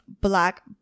Black